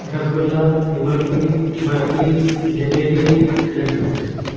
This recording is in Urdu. رس گلہ امرتی برفی جلیبی لڈو